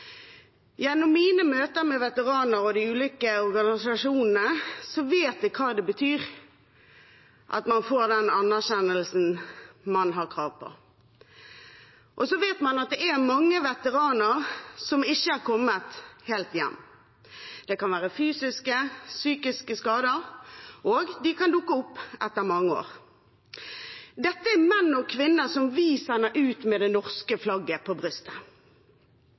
Gjennom mine møter med veteraner og de ulike organisasjonene vet jeg hva det betyr at man får den anerkjennelsen man har krav på. Og så vet man at det er mange veteraner som ikke har kommet helt hjem. Det kan være fysiske eller psykiske skader, og de kan dukke opp etter mange år. Dette er menn og kvinner som vi sender ut med det norske flagget på brystet.